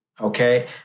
Okay